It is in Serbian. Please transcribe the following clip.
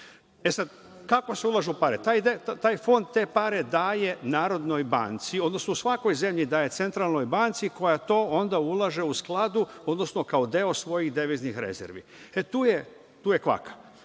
kako se ulažu pare? Taj fond te pare daje Narodnoj banci, odnosno u svakoj zemlji daje centralnoj banci, koja to onda ulaže u skladu, odnosno kao deo svojih deviznih rezervi. Tu je kvaka.